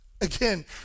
Again